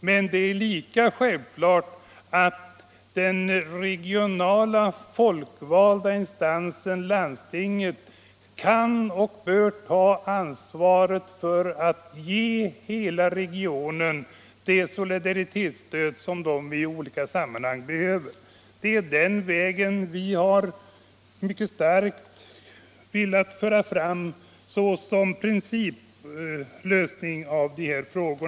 Men lika självklart är att den regionala, folkvalda instansen landstinget kan och bör ta ansvaret för att man i hela regionen får det solidaritetsstöd som man i olika sammanhang behöver. Det är den vägen som vi mycket starkt har velat förorda som principlösning i dessa frågor.